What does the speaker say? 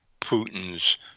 Putin's